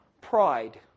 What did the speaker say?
pride